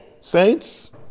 saints